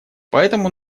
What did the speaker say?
поэтому